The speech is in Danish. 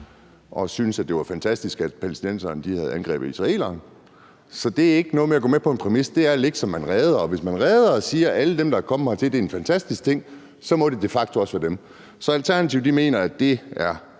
og syntes, at det var fantastisk, at palæstinenserne havde angrebet israelerne. Så det er ikke noget med at gå med på en præmis. Det er at ligge, som man har redt, og hvis man siger, at alle dem, der er kommet hertil, er en fantastisk ting, så må det de facto også være dem. Så Alternativet mener, at det er